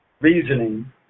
reasoning